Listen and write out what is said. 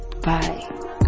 Bye